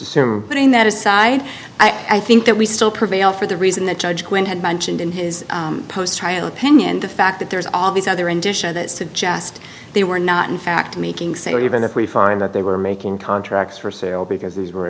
assume putting that aside i think that we still prevail for the reason that judge quinn had mentioned in his post trial opinion the fact that there is all these other in disha that suggest they were not in fact making say even if we find that they were making contracts for sale because these were